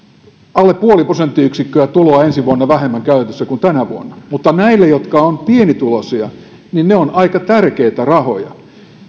alle puoli prosenttiyksikköä vähemmän tuloa ensi vuonna käytössä kuin tänä vuonna mutta näille jotka ovat pienituloisia ne ovat aika tärkeitä rahoja